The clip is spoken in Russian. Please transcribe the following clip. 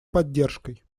поддержкой